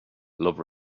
love